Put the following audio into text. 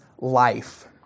life